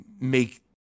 make